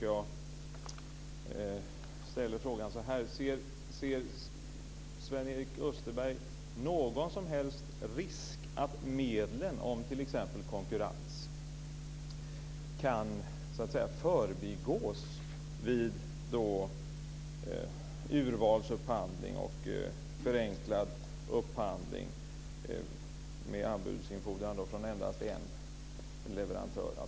Jag ställer frågan så här: Ser Sven-Erik Österberg någon som helst risk att medlen för t.ex. konkurrens kan förbigås vid urvalsupphandling och förenklad upphandling med anbudsinfordran från endast en leverantör?